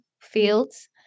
fields